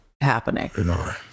happening